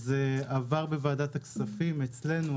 זה עבר בוועדת הכספים אצלנו,